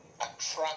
attract